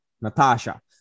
Natasha